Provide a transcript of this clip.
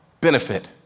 benefit